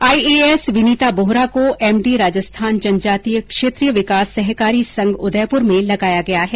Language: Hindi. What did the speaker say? आईएएस विनीता बोहरा को एम डी राजस्थान जनजाति क्षेत्रीय विकास सहकारी संघ उदयपुर में लगाया गया है